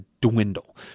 dwindle